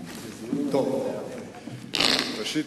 ראשית,